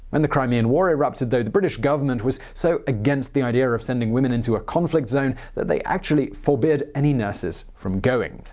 when the crimean war erupted, though, the british government was so against the idea of sending women into a conflict zone that they actually forbid any nurses from going.